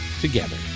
together